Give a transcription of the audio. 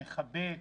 מחבק,